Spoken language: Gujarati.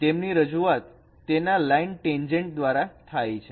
તેમની રજૂઆત તેના લાઈન ટેન્જેન્ટ દ્વારા થાય છે